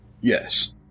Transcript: Yes